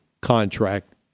contract